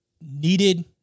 needed